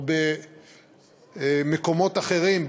או במקומות אחרים,